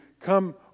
come